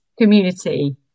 community